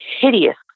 hideous